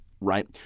right